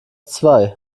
zwei